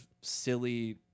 silly